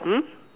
hmm